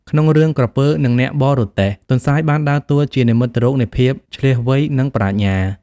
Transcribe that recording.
ក្នុងរឿង "ក្រពើនឹងអ្នកបរទេះ" ទន្សាយបានដើរតួជានិមិត្តរូបនៃភាពឈ្លាសវៃ និងប្រាជ្ញា។